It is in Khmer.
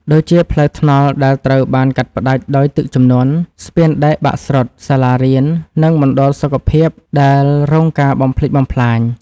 ដូចជាផ្លូវថ្នល់ដែលត្រូវបានកាត់ផ្ដាច់ដោយទឹកជំនន់ ស្ពានដែលបាក់ស្រុត សាលារៀន និងមណ្ឌលសុខភាពដែលរងការបំផ្លិចបំផ្លាញ។